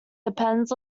depends